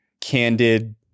candid